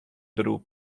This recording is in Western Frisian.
dêroer